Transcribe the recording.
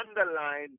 underline